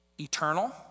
eternal